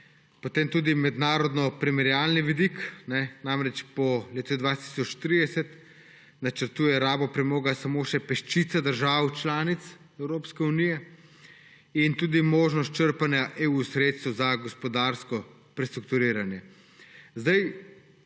potem tudi mednarodnoprimerjalni vidik, saj po letu 2030 načrtuje rabo premoga samo še peščica držav članic Evropske unije, in tudi možnost črpanja EU-sredstev za gospodarsko prestrukturiranje.